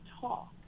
talk